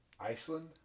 Iceland